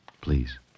Please